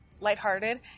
lighthearted